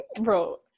bro